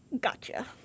gotcha